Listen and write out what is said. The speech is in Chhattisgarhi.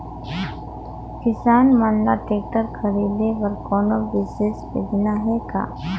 किसान मन ल ट्रैक्टर खरीदे बर कोनो विशेष योजना हे का?